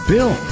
Bill